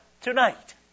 tonight